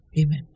Amen